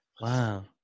Wow